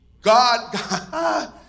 God